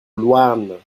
louarn